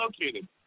located